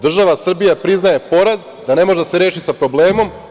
Država Srbija priznaje poraz da ne može da se reši sa problemom.